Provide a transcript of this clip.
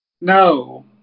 No